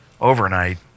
overnight